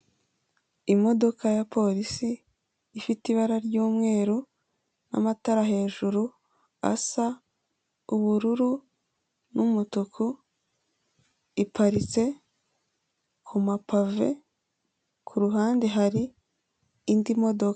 Imodoka ya polisi ifite ibara ry'umweru n'amatara hejuru asa ubururu n'umutuku, iparitse ku mapave, ku ruhande hari indi modoka.